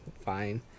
fine